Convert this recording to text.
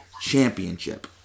championship